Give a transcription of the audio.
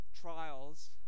Trials